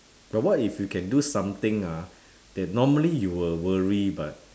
but what if you can do something ah that normally you will worry but